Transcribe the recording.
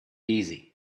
easy